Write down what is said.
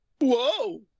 Whoa